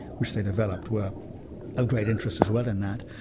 which they developed, were of great interest as well in that.